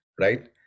right